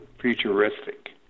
futuristic